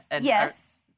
Yes